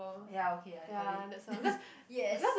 ya okay I got it yes